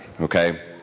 okay